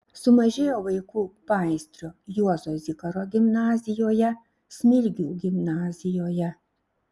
sumažėjo vaikų paįstrio juozo zikaro gimnazijoje smilgių gimnazijoje